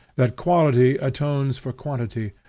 that quality atones for quantity,